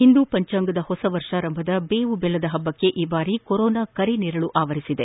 ಹಿಂದೂ ಪಂಚಾಂಗದ ಹೊಸ ವರ್ಷಾರಂಭದ ಬೇವು ಬೆಲ್ಲದ ಹಬ್ಬಕ್ಕೆ ಈ ಬಾರಿ ಕೊರೋನಾ ಕರಿ ನೆರಳು ಆವರಿಸಿದೆ